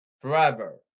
Forever